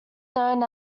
known